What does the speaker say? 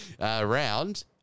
round